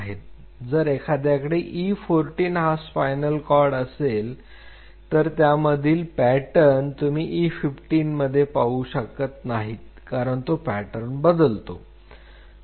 जर एखाद्याकडे E14 हा स्पायनल कॉर्ड असेल तर त्यामधील पॅटर्न तुम्ही E15 मध्ये पाहू शकत नाहीत कारण तो पॅटर्न बदलतो